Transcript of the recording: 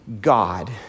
God